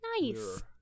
Nice